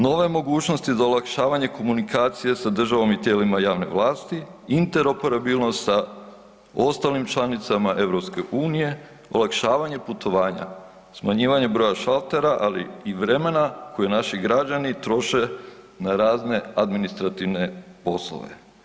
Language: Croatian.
Nove mogućnosti za olakšavanje komunikacije sa državom i tijelima javne vlasti, interoperabilnost sa ostalim članicama EU, olakšavanje putovanja, smanjivanje broja šaltera, ali i vremena koje naši građani troše na razne administrativne poslove.